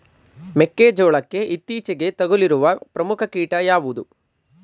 ಮೆಕ್ಕೆ ಜೋಳಕ್ಕೆ ಇತ್ತೀಚೆಗೆ ತಗುಲಿರುವ ಪ್ರಮುಖ ಕೀಟ ಯಾವುದು?